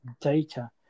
data